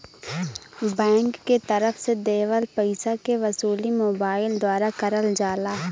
bank के तरफ से देवल पइसा के वसूली मोबाइल द्वारा करल जाला